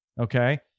Okay